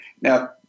Now